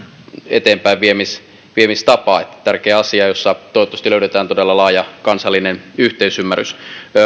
eteenpäinviemistapaa tämä on tärkeä asia jossa toivottavasti löydetään todella laaja kansallinen yhteisymmärrys